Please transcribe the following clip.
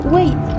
Wait